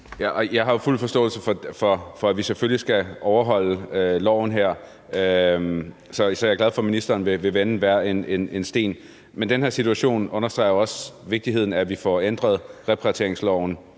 Jeg har fuld forståelse for, at vi selvfølgelig skal overholde loven, så jeg er glad for, at ministeren vil vende hver en sten. Men den her situation understreger jo også vigtigheden af, at vi hurtigst muligt får ændret repatrieringsloven.